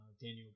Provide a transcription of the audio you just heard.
Daniel